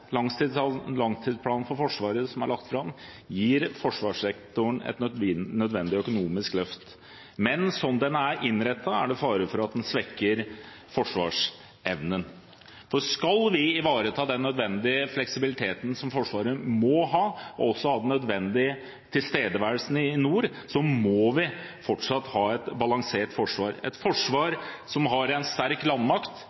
Langtidsplanen for Forsvaret som er lagt fram, gir forsvarssektoren et nødvendig økonomisk løft. Men slik den er innrettet, er det fare for at den svekker forsvarsevnen, for skal vi ivareta den nødvendige fleksibiliteten som Forsvaret må ha, og også ha den nødvendige tilstedeværelsen i nord, må vi fortsatt ha et balansert forsvar – et